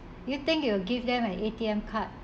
you think you will give them an A_T_M card